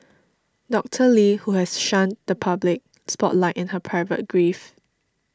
Doctor Lee who has shunned the public spotlight in her private grief